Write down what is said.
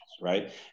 right